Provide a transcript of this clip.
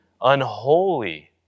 unholy